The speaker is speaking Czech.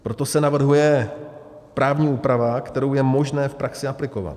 Proto se navrhuje právní úprava, kterou je možné v praxi aplikovat.